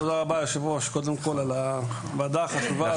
תודה רבה היושב-ראש, קודם כל על הוועדה החשובה.